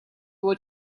what